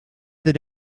that